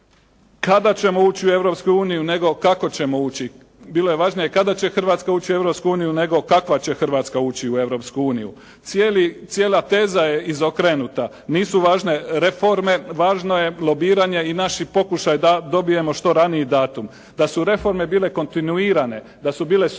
kada ćemo ući u Europsku uniju nego kako ćemo ući. Bilo je važnije kada će Hrvatska ući u Europsku uniju nego kakva će Hrvatska ući u Europsku uniju. Cijeli, cijela teza je izokrenuta. Nisu važne reforme. Važno je lobiranje i naši pokušaji da dobijemo što raniji datum. Da su reforme bile kontinuirane, da su bile sustavne